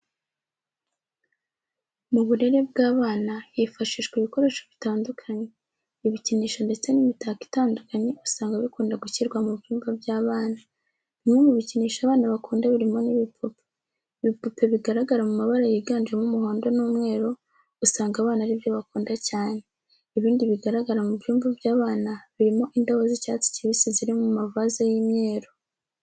Mu burere bw'abana, hifashishwa ibikoresho bitandukanye. Ibikinisho ndetse n'imitako itandukanye usanga bikunda gushyirwa mu byumba by'abana. Bimwe mu bikinisho abana bakunda birimo n'ibipupe. Ibipupe bigaragara mu mabara yiganjemo umuhondo n'umweru, usanga abana ari byo bakunda cyane. Ibindi bigaragara mu byumba by'abana, birimo indabo z'icyatsi kibisi ziri mu mavaze y'imyeru.